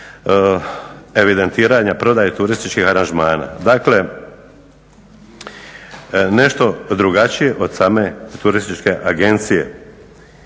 evidentiranja prodaje turističkih aranžmana. Dakle, nešto drugačije od same turističke agencije.